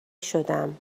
شدم